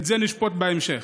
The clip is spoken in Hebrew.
את זה נשפוט בהמשך.